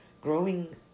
growing